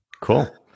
cool